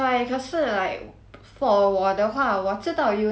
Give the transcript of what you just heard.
for 我的话我知道 uni 很重要 cause like